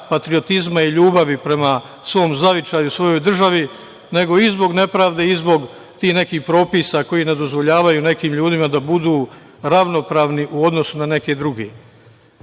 patriotizma ili ljubavi prema svom zavičaju, svojoj državi, nego i zbog nepravde i zbog tih nekih propisa koji ne dozvoljavaju nekim ljudima da budu ravnopravni u odnosu na neke druge. Mi